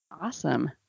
Awesome